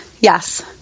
Yes